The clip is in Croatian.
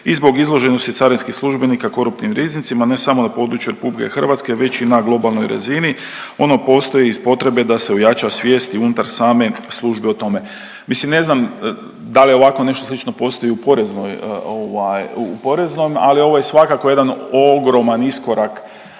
i zbog izloženosti carinskih službenika koruptivnim rizicima ne samo na području Republike Hrvatske već i na globalnoj razini. Ono postoji iz potrebe da se ojača svijest i unutar same službe o tome. Mislim ne znam da li ovako nešto slično postoji i u poreznom, ali ovo je svakako jedan ogroman iskorak